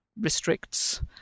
restricts